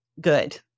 good